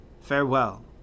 Farewell